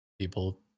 people